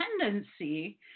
tendency